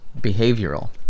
behavioral